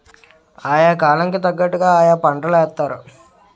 yeah కాలం కి తగ్గట్టుగా ఆయా పంటలేత్తారు